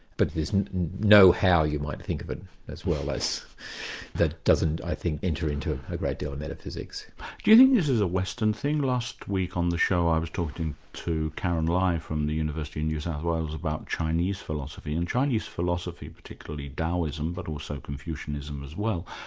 but there's no how you might think of it as well as that doesn't i think enter into ah a great deal of metaphysics. do you think this is a western thing? last week on the show i was talking to karyn lai from the university of new south wales about chinese philosophy, and chinese philosophy, particularly daoism but also confucianism as well,